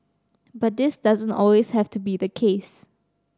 but this doesn't always have to be the case